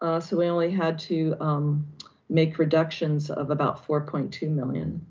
ah so we only had to um make reductions of about four point two million.